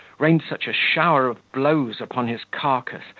rained such a shower of blows upon his carcase,